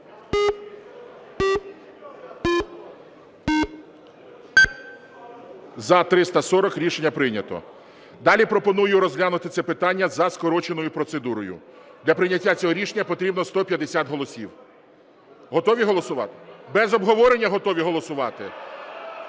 За-340 Рішення прийнято. Далі пропоную розглянути це питання за скороченою процедурою. Для прийняття цього рішення потрібно 150 голосів. Готові голосувати? Без обговорення готові голосувати?